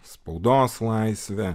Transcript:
spaudos laisvė